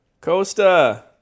Costa